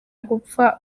gupfa